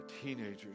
teenagers